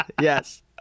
yes